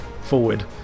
forward